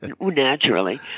naturally